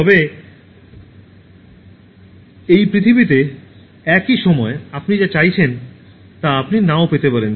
তবে এই পৃথিবীতে একই সময়ে আপনি যা চাইছেন তা আপনি নাও পেতে পারেন